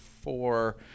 four